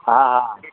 हां हां